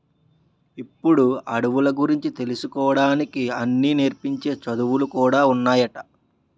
ఇప్పుడు అడవుల గురించి తెలుసుకోడానికి అన్నీ నేర్పించే చదువులు కూడా ఉన్నాయట